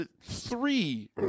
three